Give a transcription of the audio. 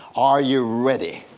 are you ready?